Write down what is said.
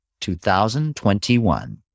2021